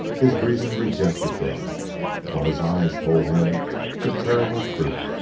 his reason rejected them while his eyes told him the terrible truth.